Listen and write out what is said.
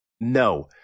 No